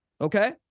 Okay